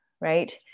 right